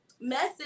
message